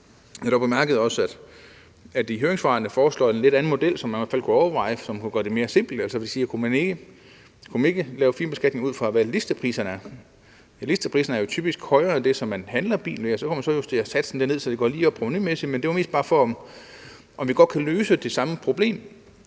det. Jeg bemærkede også, at man i høringssvarene foreslår en lidt anden model, som man i hvert fald kunne overveje, og som ville gøre det mere simpelt: Kunne man ikke lave firmabilbeskatningen ud fra, hvad listepriserne er? Listepriserne er jo typisk højere end det, som man handler bilen til, og så kunne man justere satsen lidt ned, så det gik lige op provenumæssigt. Men det var mest bare for at spørge, om man godt kunne løse det samme problem